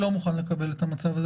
לא מוכן לקבל את המצב הזה.